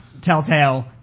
Telltale